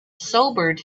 sobered